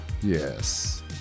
Yes